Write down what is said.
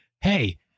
Hey